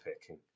picking